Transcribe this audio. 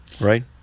right